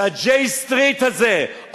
וה-J Street הזה,